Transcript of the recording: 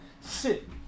Sit